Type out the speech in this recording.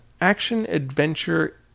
action-adventure